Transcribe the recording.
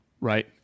right